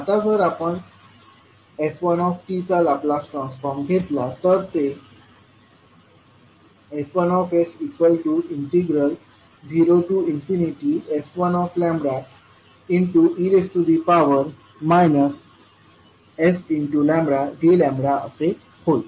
आता जर आपण f1t चा लाप्लास ट्रान्सफॉर्म घेतला तर ते F1s0f1e sλdλ असे होईल